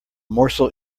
morsel